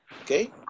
Okay